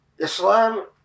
Islam